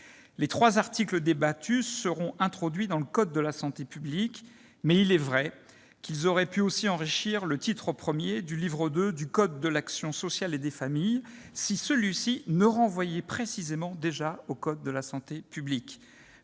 du présent texte seront introduits dans le code de la santé publique, mais il est vrai qu'ils auraient pu aussi enrichir le titre I du livre II du code de l'action sociale et des familles, si celui-ci ne renvoyait déjà précisément au code de la santé publique.